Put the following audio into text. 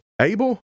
Abel